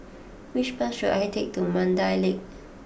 which bus should I take to Mandai Lake